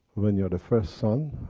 when you are the first son,